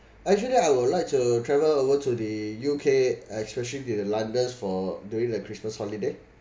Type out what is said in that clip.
actually I would like to travel over to the U_K especially to the londons for during the christmas holiday